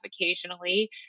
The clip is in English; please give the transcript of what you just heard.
occasionally